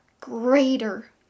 greater